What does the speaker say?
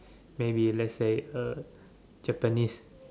maybe let's say uh Japanese